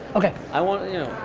okay. i want you know,